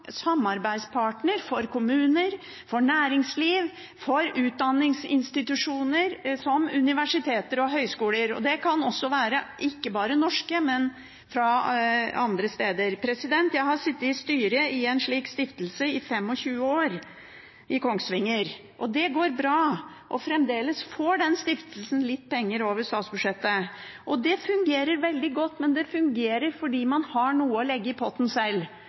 samarbeidspartner for kommuner, for næringsliv og for utdanningsinstitusjoner som universiteter og høyskoler – ikke bare norske, de kan også være fra andre steder. Jeg har sittet i styret i en slik stiftelse i Kongsvinger i 25 år, og det går bra. Fremdeles får den stiftelsen litt penger over statsbudsjettet. Det fungerer veldig godt, men det fungerer fordi man har noe å legge i potten